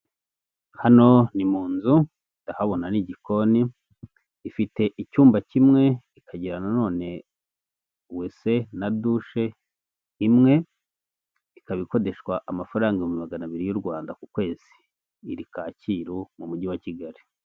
Hano ni munzi ndahabona n'igikoni, ifite icyumba kimwe, ikagira nanone wese na dushe imwe, ikaba ikodeshwa amafaranga ibihumbi magana abiri y'u Rwanda ku kwezi, iri kacyiru mu mugi wa kigali.